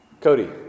Cody